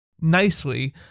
nicely